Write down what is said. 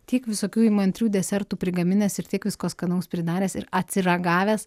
tiek visokių įmantrių desertų prigaminęs ir tiek visko skanaus pridaręs ir atsiragavęs